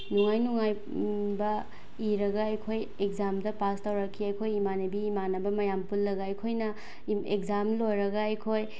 ꯅꯨꯡꯉꯥꯏ ꯅꯨꯡꯉꯥꯏꯕ ꯏꯔꯒ ꯑꯩꯈꯣꯏ ꯑꯦꯛꯖꯥꯝꯗ ꯄꯥꯁ ꯇꯧꯔꯛꯈꯤ ꯑꯩꯈꯣꯏ ꯏꯃꯥꯟꯅꯕꯤ ꯏꯃꯥꯟꯅꯕ ꯃꯌꯥꯝ ꯄꯨꯜꯂꯒ ꯑꯩꯈꯣꯏꯅ ꯑꯦꯛꯖꯥꯝ ꯂꯣꯏꯔꯒ ꯑꯩꯈꯣꯏ